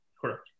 Correct